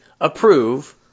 approve